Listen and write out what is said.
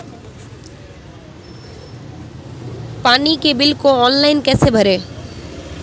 पानी के बिल को ऑनलाइन कैसे भरें?